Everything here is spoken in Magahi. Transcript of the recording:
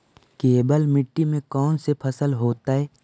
केवल मिट्टी में कौन से फसल होतै?